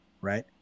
right